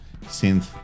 synth